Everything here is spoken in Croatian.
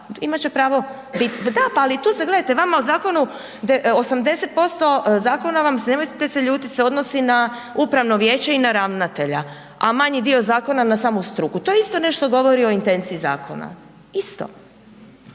imat će prao bit, pa da, ali tu se gledajte, vama u zakonu, 80% zakona vam se, nemojte se ljutit se odnosi na upravno vijeće i na ravnatelja a manji dio zakona na samu struku, to isto nešto govori o intenciji zakona, isto,